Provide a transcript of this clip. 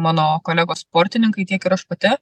mano kolegos sportininkai tiek ir aš pati